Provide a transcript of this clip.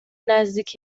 نزدیک